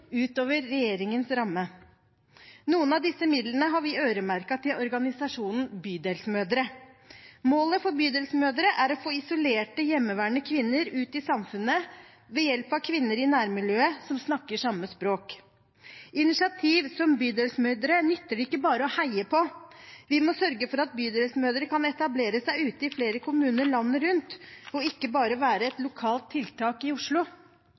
utover regjeringens ramme. Noen av disse midlene har vi øremerket til organisasjonen Bydelsmødre. Målet for Bydelsmødre er å få isolerte hjemmeværende kvinner ut i samfunnet ved hjelp av kvinner i nærmiljøet som snakker samme språk. Initiativ som Bydelsmødre nytter det ikke bare å heie på. Vi må sørge for at Bydelsmødre kan etablere seg i flere kommuner landet rundt, og ikke bare være et lokalt tiltak i Oslo.